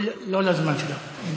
לא על הזמן שלך.